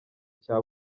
cya